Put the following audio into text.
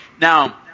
now